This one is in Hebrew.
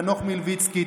חנוך מלביצקי,